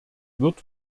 wird